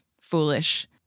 foolish